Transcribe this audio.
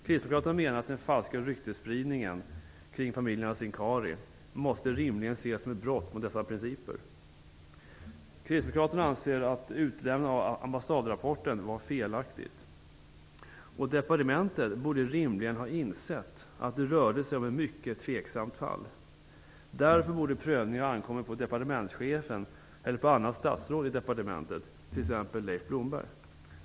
Kristdemokraterna menar att den falska ryktesspridningen kring familjerna Sincari rimligen måste ses som ett brott mot dessa principer. Kristdemokraterna anser att utlämnandet av ambassadrapporten var felaktigt. Departementet borde rimligen ha insett att det rörde sig om ett mycket tveksamt fall. Därför borde prövning ha ankommit på departementschefen eller på annat statsråd i departementet, t.ex. Leif Blomberg.